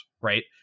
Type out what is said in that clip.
right